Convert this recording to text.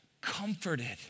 Comforted